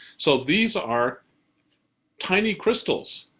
so these are tiny crystals